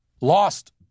lost